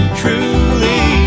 truly